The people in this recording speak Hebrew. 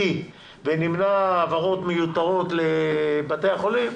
ונמנע העברות מיותרות לבתי החולים,